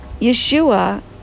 Yeshua